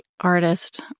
artist